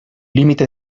límite